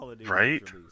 Right